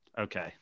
Okay